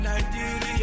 Nigeria